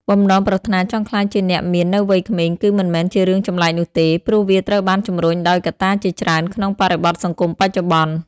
បំណងប្រាថ្នាចង់ក្លាយជាអ្នកមាននៅវ័យក្មេង គឺមិនមែនជារឿងចម្លែកនោះទេ ព្រោះវាត្រូវបានជំរុញដោយកត្តាជាច្រើនក្នុងបរិបទសង្គមបច្ចុប្បន្ន។